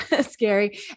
scary